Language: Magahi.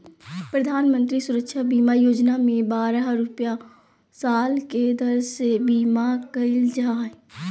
प्रधानमंत्री सुरक्षा बीमा योजना में बारह रुपया साल के दर से बीमा कईल जा हइ